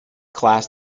class